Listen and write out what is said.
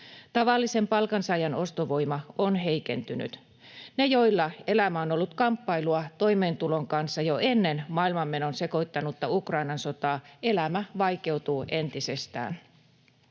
Tavallisen palkansaajan ostovoima on heikentynyt. Niillä, joilla elämä on ollut kamppailua toimeentulon kanssa jo ennen maailmanmenon sekoittanutta Ukrainan sotaa, elämä vaikeutuu entisestään.